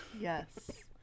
Yes